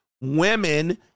Women